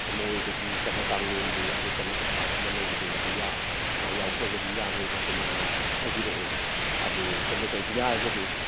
ꯑꯃ ꯑꯣꯏꯕꯒꯤ ꯆꯠꯅ ꯀꯥꯡꯂꯣꯟꯗꯨ ꯑꯩꯈꯣꯏ ꯆꯠꯅ ꯄꯊꯥꯞ ꯑꯃ ꯂꯩꯕꯗꯣ ꯑꯗꯨ ꯃꯥ ꯌꯥꯎꯗ꯭ꯔꯒꯗꯤ ꯌꯥꯔꯣꯏꯅ ꯑꯗꯨꯃꯥꯏꯅ ꯍꯥꯏꯕꯤꯔꯛꯑꯦ ꯑꯗꯨ ꯁꯣꯝꯅ ꯀꯩꯁꯨ ꯌꯥꯔꯒꯗꯤ